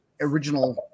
original